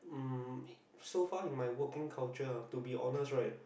um so far in my working culture ah to be honest right